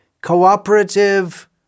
cooperative